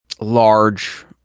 large